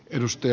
ennuste